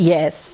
Yes